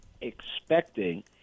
expecting